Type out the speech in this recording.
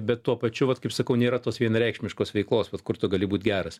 bet tuo pačiu vat kaip sakau nėra tos vienareikšmiškos veiklos vat kur tu gali būt geras